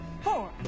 Four